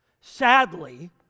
Sadly